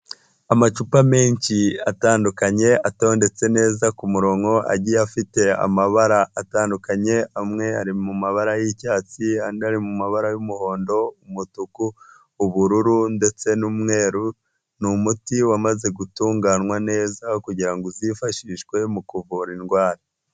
Amacupa menshi atandukanye atondetse neza ku murongo agiye afite amabara atandukanye amwe ari mu mabara y'icyatsi andi ari mu mabara y'umuhondo, umutuku, ubururu ndetse n'umweru ni umuti wamaze gutunganywa neza kugira ngo uzifashishwe mu kuvura indwara.